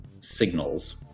signals